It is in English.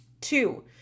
Two